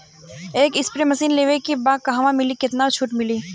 एक spray machine लेवे के बा कहवा मिली केतना छूट मिली?